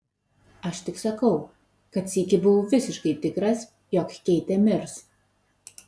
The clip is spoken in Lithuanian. aš tik sakau kad sykį buvau visiškai tikras jog keitė mirs